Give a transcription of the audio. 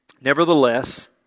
Nevertheless